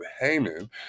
Haman